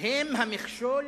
הם המכשול